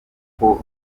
uko